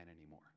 anymore